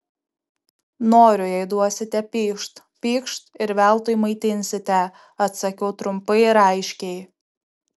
noriu jei duosite pykšt pykšt ir veltui maitinsite atsakiau trumpai ir aiškiai